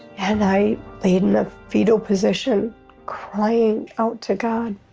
and i laid in the fetal position crying out to god